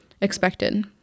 expected